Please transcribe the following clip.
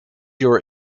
your